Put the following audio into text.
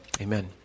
amen